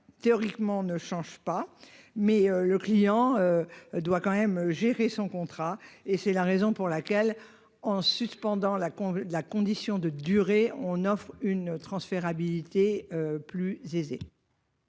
théoriquement ne change pas mais le client. Doit quand même gérer son contrat et c'est la raison pour laquelle en suspendant la la condition de durée, on offre une transférabilité plus aisée.